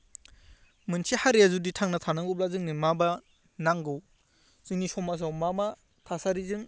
मोनसे हारिआ जुदि थांना थानांगौब्ला जोंनो मा मा नांगौ जोंनि समाजाव मा मा थासारिजों